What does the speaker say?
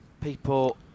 People